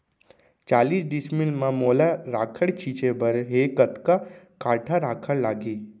चालीस डिसमिल म मोला राखड़ छिंचे बर हे कतका काठा राखड़ लागही?